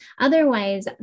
Otherwise